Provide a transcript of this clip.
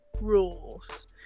Rules